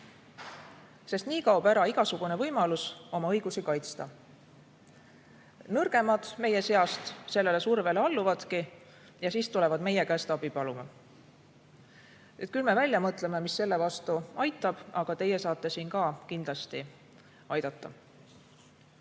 Nii kaob ära igasugune võimalus oma õigusi kaitsta. Nõrgemad meie seast sellele survele alluvadki ja siis tulevad meie käest abi paluma. Küll me välja mõtleme, mis selle vastu aitab, aga teie saate siin ka kindlasti aidata.